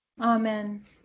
Amen